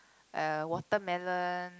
uh watermelon